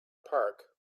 park